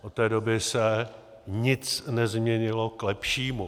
Od té doby se nic nezměnilo k lepšímu.